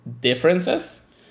differences